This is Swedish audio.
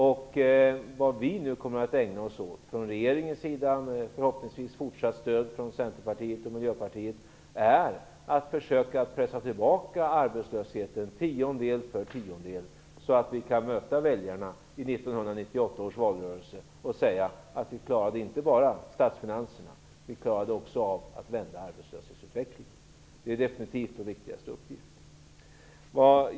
Vad vi nu kommer att ägna oss åt från regeringens sida, förhoppningsvis med fortsatt stöd från Centerpartiet och Miljöpartiet, är att försöka pressa tillbaka arbetslösheten tiondedel för tiondedel, så att vi i 1998 års valrörelse kan säga till väljarna att vi inte bara klarade statsfinanserna utan också klarade att vända arbetslöshetsutvecklingen. Det är definitivt den viktigaste uppgiften.